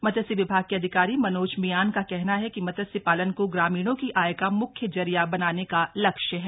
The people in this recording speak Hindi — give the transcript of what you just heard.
मत्स्य विभाग के अधिकारी मनोज मियान का कहना है कि मत्स्य पालन को ग्रामीणों की आय का म्ख्य जरिया बनाने का लक्ष्य है